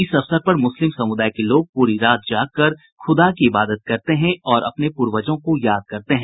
इस अवसर पर मुस्लिम समुदाय के लोग पूरी रात जागकर खुदा की इबादत करते हैं और अपने पूर्वजों को याद करते हैं